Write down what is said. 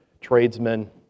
tradesmen